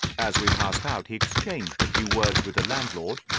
as we passed out he exchanged a few words with the landlord,